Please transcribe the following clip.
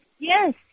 Yes